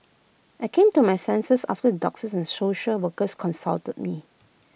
I came to my senses after the doctors and social workers counselled me